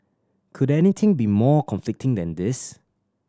could anything be more conflicting than this